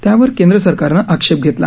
त्यावर केंद्र सरकारनं आक्षेप घेतला आहे